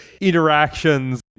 interactions